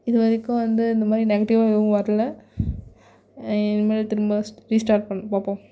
இது வரைக்கும் வந்து இந்த மாதிரி நெகட்டிவ்வாக எதுவும் வர்லை இனிமேல் திரும்ப ஸ்ட் ரீஸ்டார்ட் பண் பார்ப்போம்